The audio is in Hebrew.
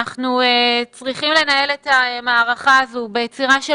אנחנו צריכים לנהל את המערכת הזאת ביצירה של